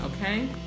okay